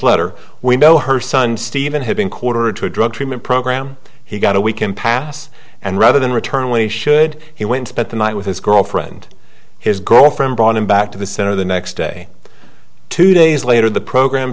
letter we know her son stephen had been quarter to a drug treatment program he got a week impasse and rather than return only should he went spent the night with his girlfriend his girlfriend brought him back to the center of the next day two days later the program